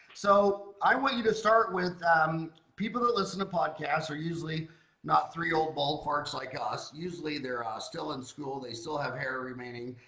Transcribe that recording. so i want you to start with people that listen to podcasts or usually not three old ballparks like us usually they're ah still in school they still have hair remaining.